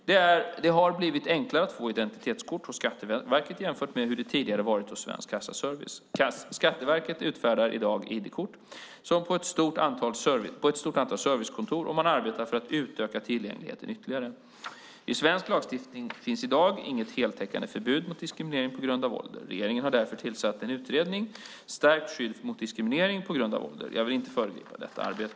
Det har blivit enklare att få ID-kort hos Skatteverket jämfört med hur det tidigare var hos Svensk Kassaservice. Skatteverket utfärdar i dag ID-kort på ett stort antal servicekontor och man arbetar för att utöka tillgängligheten ytterligare. I svensk lagstiftning finns i dag inget heltäckande förbud mot diskriminering på grund av ålder. Regeringen har därför tillsatt utredningen Ett stärkt skydd mot diskriminering på grund av ålder. Jag vill inte föregripa det arbetet.